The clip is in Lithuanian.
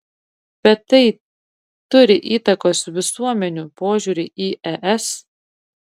bet tai turi įtakos visuomenių požiūriui į es